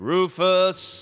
Rufus